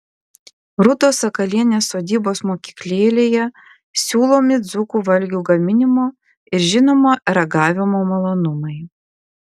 rūtos sakalienės sodybos mokyklėlėje siūlomi dzūkų valgių gaminimo ir žinoma ragavimo malonumai